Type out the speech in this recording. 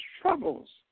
troubles